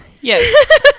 Yes